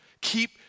Keep